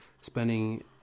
spending